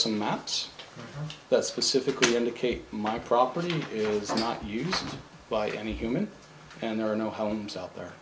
some maps that specifically indicate my property is not used by any human and there are no homes out there